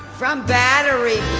from battery